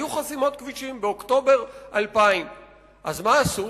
היו חסימות כבישים באוקטובר 2000. אז מה עשו?